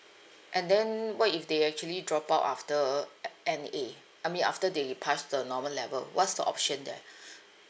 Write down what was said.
and then what if they actually drop out after N~ N_A I mean after they passed the normal level what's the option there